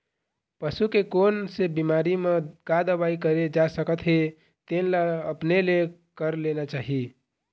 पसू के कोन से बिमारी म का दवई करे जा सकत हे तेन ल अपने ले कर लेना चाही